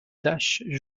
taches